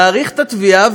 להאריך את התביעה,